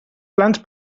plans